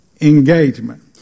engagement